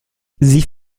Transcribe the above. sie